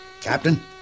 Captain